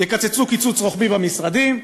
יקצצו קיצוץ רוחבי במשרדים,